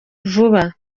vuba